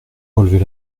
relever